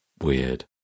weird